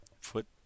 foot